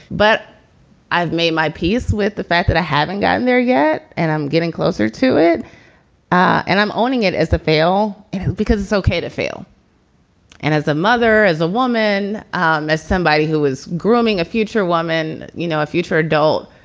but i've made my peace with the fact that i haven't gotten there yet and i'm getting closer to it and i'm owning it as the fail because it's okay to fail and as a mother, as a woman, um as somebody who is grooming a future woman, you know, a future adult,